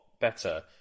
better